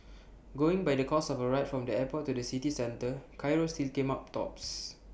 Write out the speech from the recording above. going by the cost of A ride from the airport to the city centre Cairo still came up tops